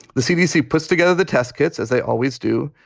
the cdc puts together the test kits, as they always do.